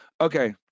Okay